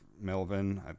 Melvin